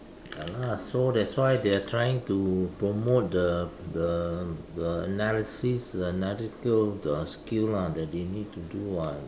ya lah so that's why they're trying to promote the the the analysis analytical the skill lah that they need to do [what]